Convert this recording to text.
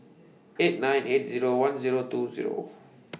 eight nine eight Zero one Zero two Zero